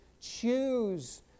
choose